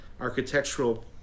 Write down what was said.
architectural